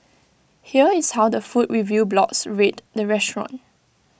here is how the food review blogs rate the restaurant